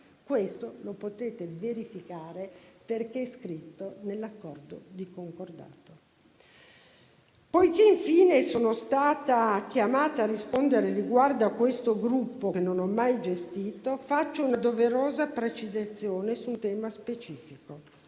Questo lo potete verificare perché è scritto nell'accordo di concordato. Poiché infine sono stata chiamata a rispondere riguardo a questo gruppo che non ho mai gestito, faccio una doverosa precisazione su un tema specifico: